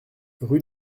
rue